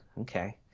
Okay